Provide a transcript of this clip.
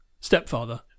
stepfather